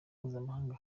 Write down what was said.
mpuzamahanga